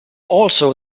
also